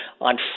on